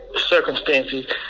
circumstances